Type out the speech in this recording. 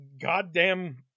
goddamn